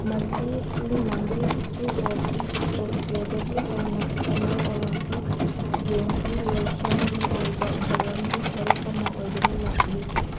ꯃꯁꯤ in nineteen sixty ꯐꯣꯔꯒꯤ ꯇꯣꯛꯀꯤꯌꯣꯗꯒꯤ ꯍꯧꯅ ꯁꯃꯔ ꯑꯣꯂꯣꯝꯄꯤꯛ ꯒꯦꯝꯒꯤ ꯂꯣꯏꯁꯪꯒꯤ ꯑꯣꯏꯕ ꯊꯧꯔꯝꯒꯤ ꯁꯔꯨꯛ ꯑꯃ ꯑꯣꯏꯗꯨꯅ ꯂꯥꯛꯂꯤ